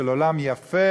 של עולם יפה,